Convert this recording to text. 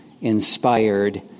inspired